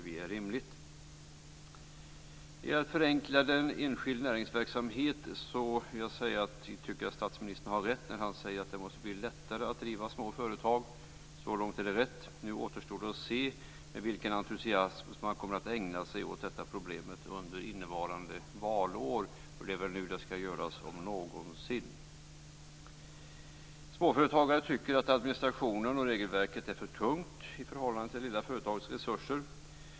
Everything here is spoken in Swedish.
Vad gäller förenklad enskild näringsverksamhet vill jag säga att vi tycker att statsministern har rätt när han säger att det måste bli lättare att driva små företag. Nu återstår att se med vilken entusiasm han kommer att ägna sig åt detta problem under innevarande valår. Det är väl nu om någonsin som detta skall göras. Småföretagare tycker att administrationen och regelverket är för tungt i förhållande till det lilla företagets resurser.